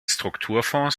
strukturfonds